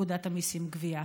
פקודת המיסים (גבייה).